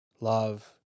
love